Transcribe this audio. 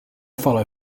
follow